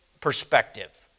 perspective